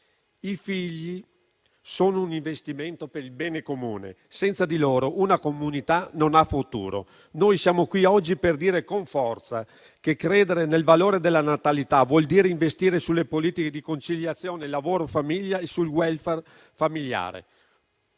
I figli sono un investimento per il bene comune, senza di loro una comunità non ha futuro. Noi siamo qui oggi per dire con forza che credere nel valore della natalità vuol dire investire sulle politiche di conciliazione lavoro-famiglia e sul *welfare* familiare.